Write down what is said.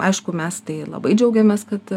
aišku mes tai labai džiaugiamės kad